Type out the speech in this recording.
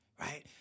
right